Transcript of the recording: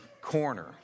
corner